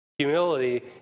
Humility